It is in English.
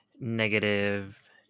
negative